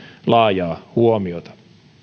laajaa huomiota